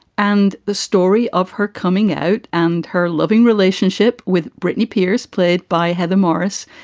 and the story of her coming out and her loving relationship with brittany spears, played by heather morris,